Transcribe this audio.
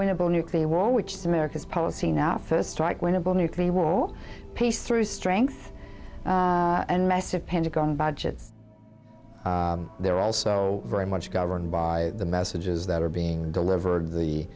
winnable nuclear war which is america's policy not first strike winnable nuclear war peace through strength and massive pentagon budgets they're also very much governed by the messages that are being delivered the